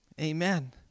Amen